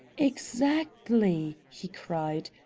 exactly! he cried.